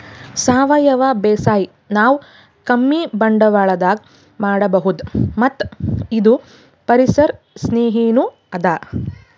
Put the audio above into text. ಸಾವಯವ ಬೇಸಾಯ್ ನಾವ್ ಕಮ್ಮಿ ಬಂಡ್ವಾಳದಾಗ್ ಮಾಡಬಹುದ್ ಮತ್ತ್ ಇದು ಪರಿಸರ್ ಸ್ನೇಹಿನೂ ಅದಾ